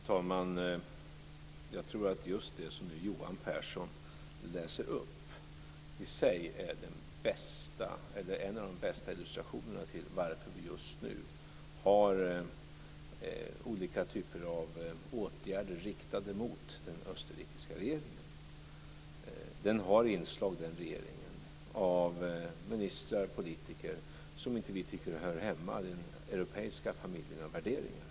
Fru talman! Jag tror att just det som Johan Pehrson nu läste upp i sig är en av de bästa illustrationer till varför vi just nu vidtar olika typer av åtgärder riktade mot den österrikiska regeringen. Den regeringen har inslag av ministrar och politiker som inte vi tycker hör hemma i den europeiska familjen av värderingar.